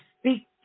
speak